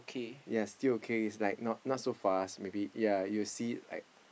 yes still okay it's like not not so fast maybe yeah you'll see it like